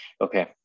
okay